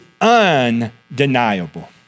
undeniable